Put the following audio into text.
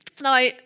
Now